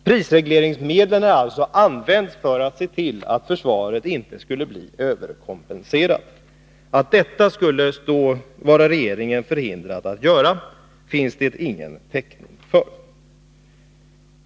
Prisregleringsmedlen har alltså använts för att se till att försvaret inte skulle bli överkompenserat. Att detta skulle vara regeringen förhindrat att göra, finns det ingen täckning för.